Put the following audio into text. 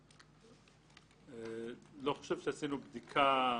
לא חושב שעשינו בדיקה.